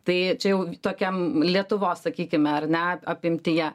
tai čia jau tokiam lietuvos sakykime ar ne apimtyje